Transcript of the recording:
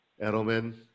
Edelman